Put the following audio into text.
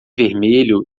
vermelho